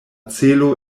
celo